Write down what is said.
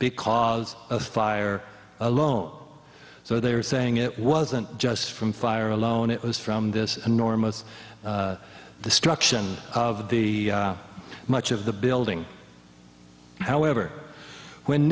because of fire alone so they are saying it wasn't just from fire alone it was from this enormous destruction of the much of the building however when